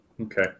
okay